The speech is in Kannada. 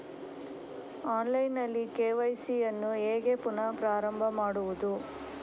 ಆನ್ಲೈನ್ ನಲ್ಲಿ ಕೆ.ವೈ.ಸಿ ಯನ್ನು ಹೇಗೆ ಪುನಃ ಪ್ರಾರಂಭ ಮಾಡುವುದು?